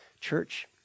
Church